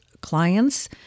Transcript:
clients